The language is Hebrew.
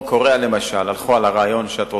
בדרום-קוריאה, למשל, הלכו על הרעיון שאת רוצה,